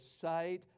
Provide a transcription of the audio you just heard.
sight